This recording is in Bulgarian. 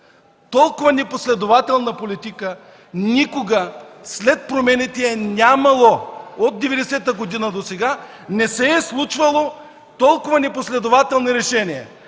Толкова непоследователна политика никога – след промените, е нямало. От 90-та година досега не се е случвало да има толкова непоследователни решения.